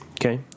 Okay